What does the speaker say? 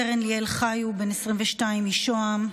סרן ליאל חיו, בן 22 משוהם,